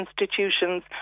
institutions